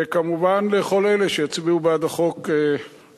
וכמובן, לכל אלה שיצביעו בעד החוק עכשיו.